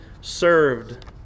served